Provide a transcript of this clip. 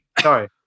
Sorry